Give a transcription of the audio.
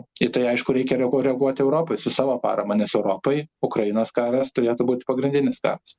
į tai aišku reikia reaguo reaguot europai su savo parama nes europai ukrainos karas turėtų būti pagrindinis karas